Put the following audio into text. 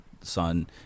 son